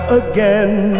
again